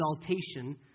exaltation